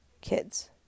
kids